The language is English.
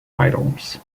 titles